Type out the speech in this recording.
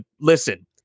listen